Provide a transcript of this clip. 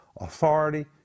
authority